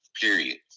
period